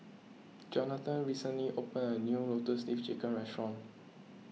Johnathon recently opened a new Lotus Leaf Chicken Restaurant